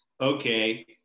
okay